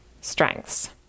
strengths